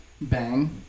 bang